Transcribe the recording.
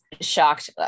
shocked